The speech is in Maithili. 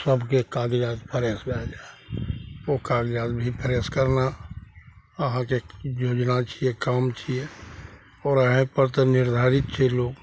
सबके कागजात फ्रेश भए जाइ ओ कागजात भी फ्रेश करना अहाँके योजना छियै काम छियै ओराहेपर तऽ निर्धारित छै लोग